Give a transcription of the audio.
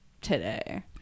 today